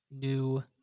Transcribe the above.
new